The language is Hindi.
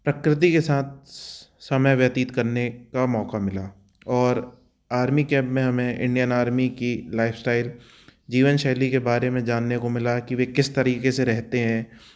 प्रकृति के साथ समय व्यतीत करने का मौका मिला और आर्मी कैंप में हमें इंडियन आर्मी की लाइफ़ स्टाइल जीवन शैली के बारे में जानने को मिला कि वे किस तरीक़े से रहते हैं